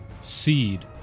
seed